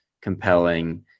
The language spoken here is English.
compelling